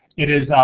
it is,